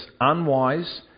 unwise